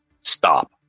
Stop